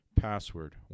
Password